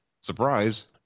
Surprise